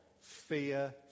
fear